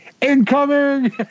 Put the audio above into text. Incoming